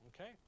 okay